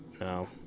No